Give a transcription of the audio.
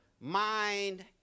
mind